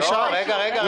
רגע, רגע.